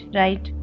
right